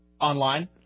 online